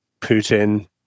Putin